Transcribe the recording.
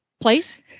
place